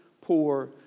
poor